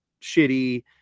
shitty